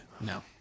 No